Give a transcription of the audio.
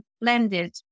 blended